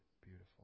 beautiful